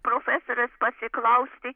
profesorės pasiklausti